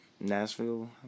nashville